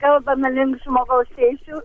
kalbama link žmogaus teisių